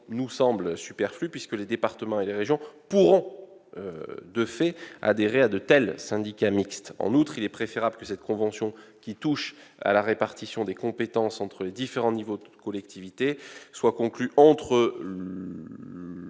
nous semble superflue, puisque les départements et les régions pourront de fait adhérer à de tels syndicats mixtes. En outre, il est préférable que cette convention, qui touche à la répartition des compétences entre les différents niveaux de collectivités, soit conclue avec